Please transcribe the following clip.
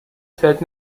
fällt